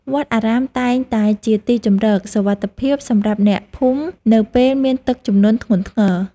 វត្តអារាមតែងតែជាទីជម្រកសុវត្ថិភាពសម្រាប់អ្នកភូមិនៅពេលមានទឹកជំនន់ធ្ងន់ធ្ងរ។